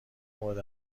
مورد